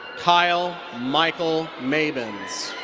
kyle michael mabins.